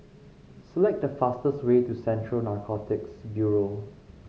select the fastest way to Central Narcotics Bureau